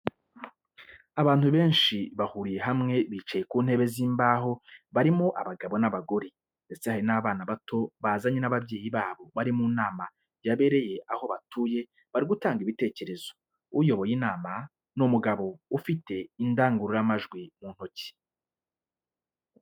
Abantu benshi bahuriye hamwe bicaye ku ntebe z'imbaho barimo abagabo n'abagore ndetse hari n'abana bato bazanye n'ababyeyi babo bari mu nama yabereye aho batuye bari gutanga ibitekerzo, uyoboye inama ni umugabo afite indangururamajwi mu ntoki.